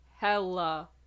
Hella